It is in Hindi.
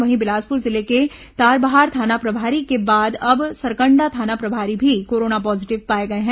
वहीं बिलासप्र जिले के तारबहार थाना प्रभारी के बाद अब सरकंडा थाना प्रभारी भी कोरोना पॉजिटिव पाए गए हैं